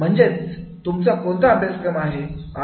म्हणजेच तुमचा कोणता अभ्यासक्रम आहे